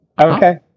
Okay